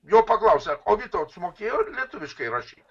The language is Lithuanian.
jo paklausė sako o vytauts mokėjo lietuviškai rašyt